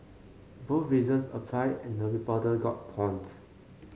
both reasons apply and the reporter got pawned